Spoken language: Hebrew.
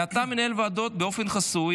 אתה מנהל ועדות באופן חסוי,